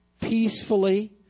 Peacefully